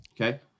Okay